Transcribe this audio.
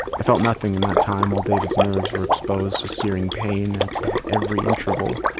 i felt nothing in that time while david's nerves were exposed to searing pain at every interval.